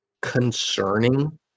concerning